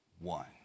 one